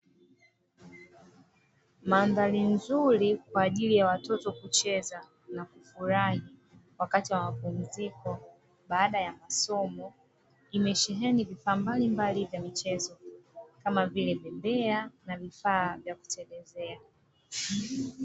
Mandhari nzuri kwa ajili ya watoto kucheza na kufurahi wakati wa mapumziko, baada ya masomo, imesheheni vifaa mbalimbali vya michezo, kama vile bembea na vifaa vya kutelezea.